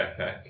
backpack